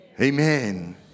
Amen